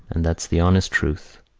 and that's the honest truth.